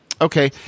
Okay